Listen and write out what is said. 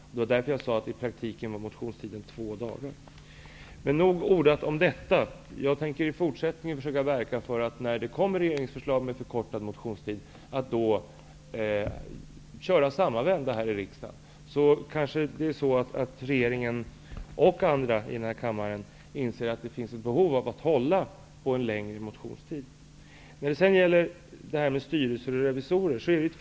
Det var också därför som jag sade att motionstiden i praktiken var bara två dagar. Nog ordat om detta. Om det framöver föreslås förkortning av motionstiden, kommer jag att köra samma vända som i det fallet, så att regeringen och andra här i kammaren inser att det finns anledning att hålla fast vid den motionstid som stadgas. Så till frågan om styrelser och revisorer.